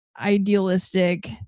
idealistic